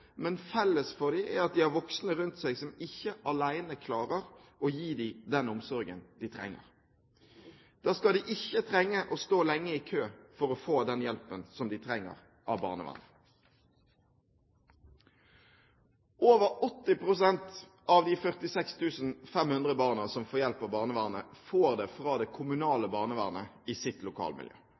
men felles for dem er at de har voksne rundt seg som ikke alene klarer å gi dem den omsorgen de trenger. Da skal de ikke trenge å stå lenge i kø for å få den hjelpen de trenger av barnevernet. Over 80 pst. av de 46 500 barna som får hjelp av barnevernet, får det fra det kommunale barnevernet i sitt lokalmiljø.